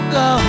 go